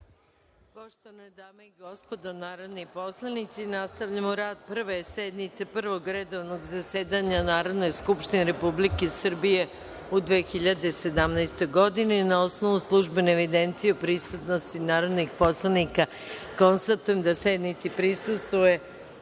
Poštovane dame i gospodo narodni poslanici, nastavljamo rad Prve sednice Prvog redovnog zasedanja Narodne skupštine Republike Srbije u 2017. godini. Na osnovu službene evidencije o prisutnosti narodnih poslanika, konstatujem da sednice prisustvuje